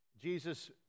Jesus